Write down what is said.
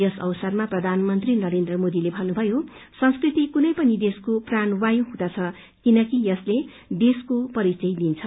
यस अवसरमा प्रधानमन्त्री नरेन्द्र मोदीले भन्नुभयो संस्कृति कुनै पनि देशको प्राण वायु हुँदछ किनकि यसले देशको परिषय दिन्छ